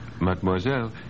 Mademoiselle